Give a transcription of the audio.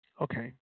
Okay